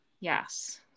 yes